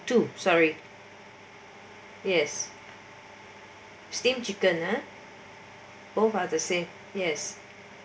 two sorry yes steamed chicken ah both are the same yes